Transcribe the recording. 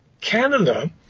Canada